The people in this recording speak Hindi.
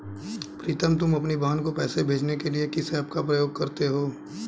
प्रीतम तुम अपनी बहन को पैसे भेजने के लिए किस ऐप का प्रयोग करते हो?